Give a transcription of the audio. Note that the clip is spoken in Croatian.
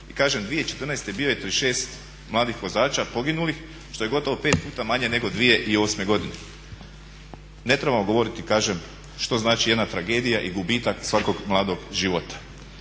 Kažem, 2014. bio je 36 mladih vozača poginulih što je gotovo 5 puta manje nego 2008. godine. Ne trebamo govoriti kažem što znači jedna tragedija i gubitak svakog mladog života.